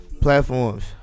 Platforms